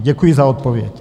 Děkuji za odpověď.